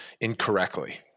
incorrectly